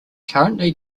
currently